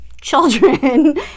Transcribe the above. children